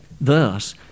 Thus